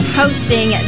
hosting